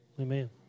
Amen